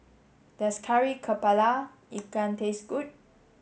does Kari Kepala Ikan taste good